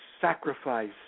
sacrifice